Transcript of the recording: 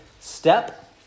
step